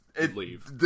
leave